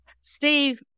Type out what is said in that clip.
Steve